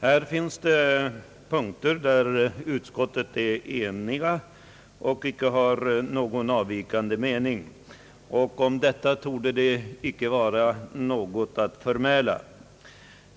Här finns det punkter där utskottet är ense och ingen avvikande mening föreligger, och om de punkterna torde det icke vara något att förmäla.